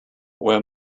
where